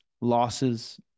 losses